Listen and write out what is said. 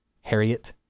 Harriet